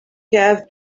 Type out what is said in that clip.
have